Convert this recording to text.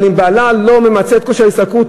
אבל בעלה לא ממצה את כושר ההשתכרות,